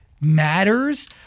matters